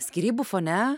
skyrybų fone